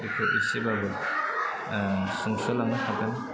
बेखौ एसेबाबो सुंस'लांनो हागोन